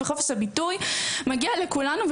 וחופש הביטוי מגיע לכולנו,